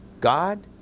God